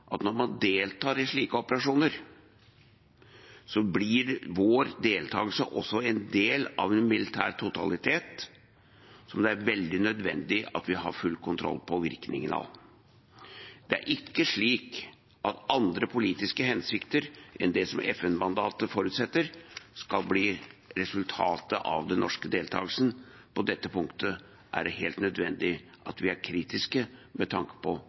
at når man deltar i slike operasjoner, blir vår deltakelse også en del av en militær totalitet som det er veldig nødvendig at vi har full kontroll på virkningen av. Det er ikke slik at andre politiske hensikter enn det som FN-mandatet forutsetter, skal bli resultatet av den norske deltakelsen. På dette punktet er det helt nødvendig at vi er kritiske med tanke på